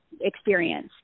experience